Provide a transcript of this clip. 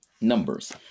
Numbers